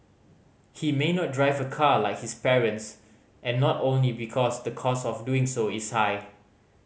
he may not drive a car like his parents and not only because the cost of doing so is high